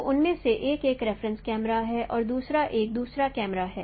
तो उनमें से एक एक रेफरेंस कैमरा है और दूसरा एक दूसरा कैमरा है